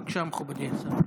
בבקשה, מכובדי השר.